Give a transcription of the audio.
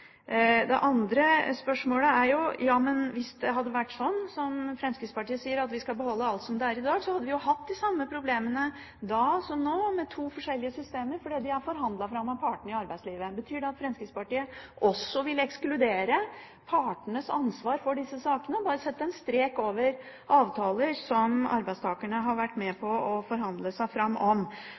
det andre spørsmålet: Hvis det hadde vært slik, som Fremskrittspartiet sier, at vi skal beholde alt som i dag, hadde vi jo hatt de samme problemene som nå, med to forskjellige systemer, fordi de er forhandlet fram av partene i arbeidslivet. Betyr det at Fremskrittspartiet også vil ekskludere partenes ansvar for disse sakene – bare sette en strek over avtaler som arbeidstakerne har vært med på å forhandle fram?